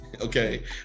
okay